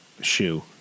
shoe